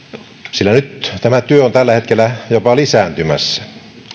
sillä nyt tämä työ on tällä hetkellä jopa lisääntymässä